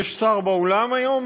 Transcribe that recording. יש שר באולם היום?